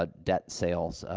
ah debt sales,